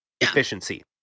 efficiency